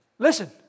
Listen